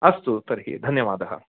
अस्तु तर्हि धन्यवादः